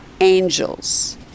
angels